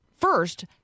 first